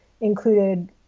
included